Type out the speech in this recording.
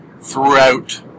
throughout